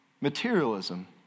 materialism